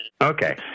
Okay